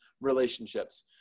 relationships